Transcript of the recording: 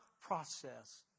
process